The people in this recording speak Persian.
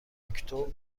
اکتبر